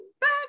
back